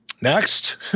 Next